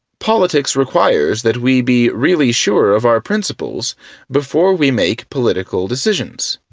politics requires that we be really sure of our principles before we make political decisions.